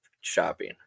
shopping